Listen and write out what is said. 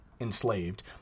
enslaved